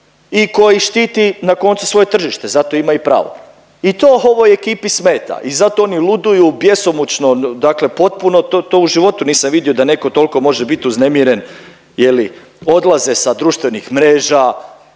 i koji štiti na koncu svoje tržište, zato ima i pravo i to ovoj ekipi smeta i zato oni luduju bjesomučno dakle potpuno, to, to u životu nisam vidio da neko tolko može bit uznemiren je li, odlaze sa društvenih mreža,